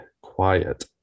quiet